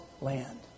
land